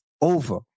over